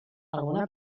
alguna